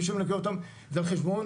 מי שמנקה אותם זה על חשבון